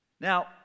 Now